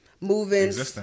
moving